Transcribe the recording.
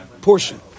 portion